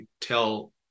tell